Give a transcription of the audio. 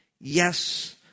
Yes